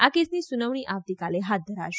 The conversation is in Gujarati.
આ કેસની સુનાવણી આવતીકાલે હાથ ધરાશે